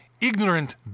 ignorant